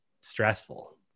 stressful